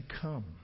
come